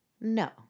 No